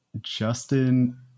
Justin